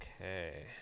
Okay